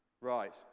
Right